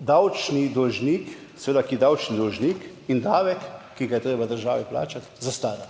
davčni dolžnik in davek, ki ga je treba državi plačati zastara?